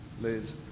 Liz